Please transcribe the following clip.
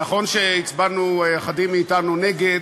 נכון שהצבענו, אחדים מאתנו, נגד,